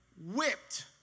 whipped